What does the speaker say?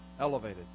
elevated